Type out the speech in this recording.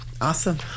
awesome